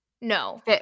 No